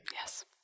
Yes